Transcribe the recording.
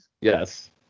Yes